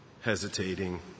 hesitating